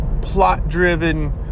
plot-driven